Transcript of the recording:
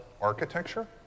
architecture